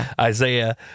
Isaiah